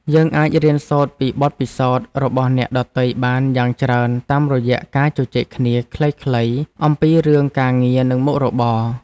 យើងអាចរៀនសូត្រពីបទពិសោធន៍របស់អ្នកដទៃបានយ៉ាងច្រើនតាមរយៈការជជែកគ្នាខ្លីៗអំពីរឿងការងារនិងមុខរបរ។